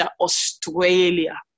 australia